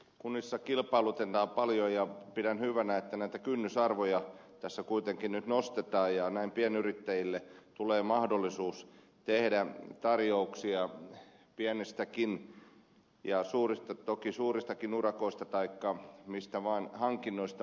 kunnissa kilpailutetaan paljon ja pidän hyvänä että näitä kynnysarvoja tässä kuitenkin nyt nostetaan ja näin pienyrittäjille tulee mahdollisuus tehdä tarjouksia pienistäkin ja toki suuristakin urakoista taikka mistä vain hankinnoista